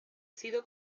sido